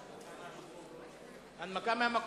הנמקה מהמקום.